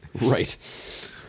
right